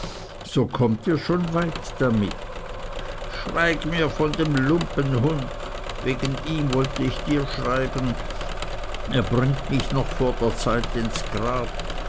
so kommt ihr schon weit damit schweig mir von dem lumpenhund wegen ihm wollte ich dir schreiben er bringt mich noch vor der zeit ins grab